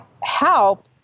help